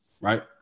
right